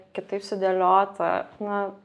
kitaip sudėliota na